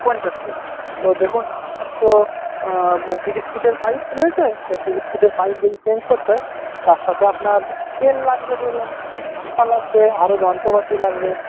পঞ্চাশ ফুট তো দেখুন আপনার তো তিরিশ ফুটের পাইপ রয়েছে তো তিরিশ ফুটের পাইপ যদি চেঞ্জ করতে হয় তার সাথে আপনার তেল লাগবে ধরুন আঠা লাগবে আরও যন্ত্রপাতি লাগবে